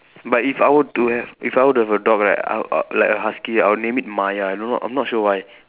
but if I were to have if I were to have a dog right uh uh like a husky I'll name it Maya I do not I'm not sure why